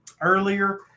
earlier